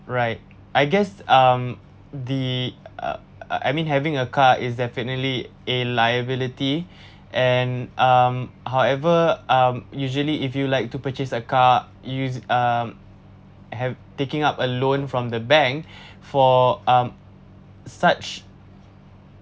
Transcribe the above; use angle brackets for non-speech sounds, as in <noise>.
right I guess um the uh uh I mean having a car is definitely a liability <breath> and um however um usually if you like to purchase a car you use um have taking up a loan from the bank <breath> for um such